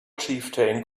chieftain